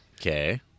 Okay